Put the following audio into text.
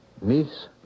niece